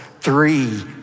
three